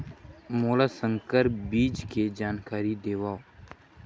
मोला संकर बीज के जानकारी देवो?